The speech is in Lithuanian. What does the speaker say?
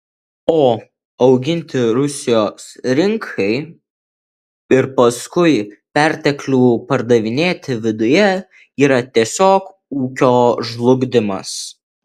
o auginti rusijos rinkai ir paskui perteklių pardavinėti viduje yra tiesiog ūkio žlugdymas